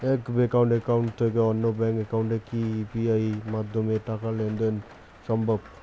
এক bank account থেকে অন্য ব্যাংক একাউন্টে কি ইউ.পি.আই মাধ্যমে টাকার লেনদেন দেন সম্ভব?